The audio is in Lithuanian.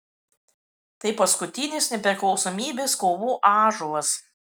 tai paskutinis nepriklausomybės kovų ąžuolas